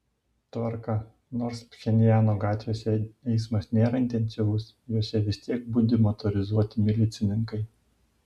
tvarka nors pchenjano gatvėse eismas nėra intensyvus jose vis tiek budi motorizuoti milicininkai